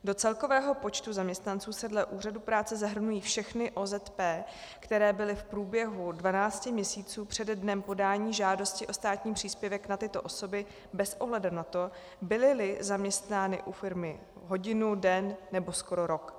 Do celkového počtu zaměstnanců se dle úřadů práce zahrnují všechny OZP, které byly v průběhu 12 měsíců přede dnem podání žádosti o státní příspěvek na tyto osoby bez ohledu na to, bylyli zaměstnány u firmy hodinu, den nebo skoro rok.